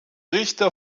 richter